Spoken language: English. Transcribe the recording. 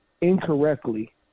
incorrectly